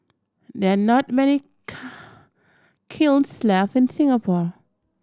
there are not many kilns left in Singapore